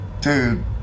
Dude